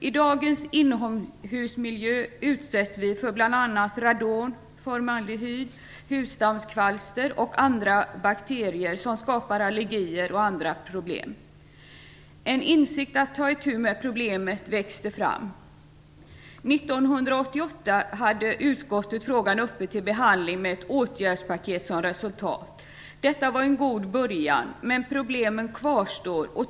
I dagens inomhusmiljö utsätts vi för bl.a. radon, formaldehyd, husdammskvalster och andra bakterier som skapar allergier och andra problem. En insikt om behovet att ta itu med problemen växte fram. 1988 hade utskottet frågan uppe till behandling med ett åtgärdspaket som resultat. Detta var en god början, men problemen kvarstår.